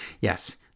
yes